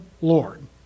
Lord